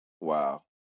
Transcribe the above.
wow